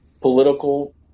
political